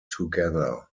together